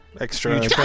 extra